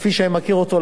כפי שאני מכיר אותו,